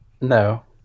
No